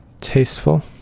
Tasteful